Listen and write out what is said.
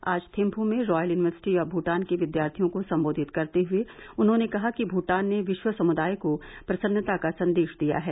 आज थिम्फू में royal university of Bhutan के विद्यार्थियों को संबोधित करते हुए उन्होंने कहा कि भूटान ने विश्व समुदाय को प्रसन्नता का संदेश दिया है